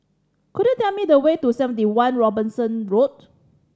could you tell me the way to Seventy One Robinson Road